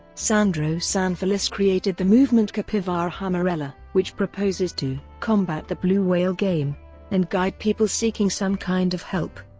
sandro sanfelice created the movement capivara amarela, which proposes to combat the blue whale game and guide people seeking some kind of help.